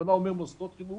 בכוונה אני אומר מוסדות חינוך